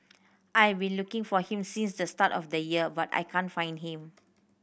I have been looking for him since the start of the year but I can't find him